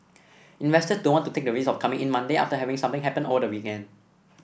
investors don't want to take the risk of coming in Monday after having something happen over the weekend